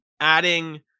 adding